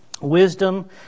Wisdom